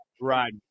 Right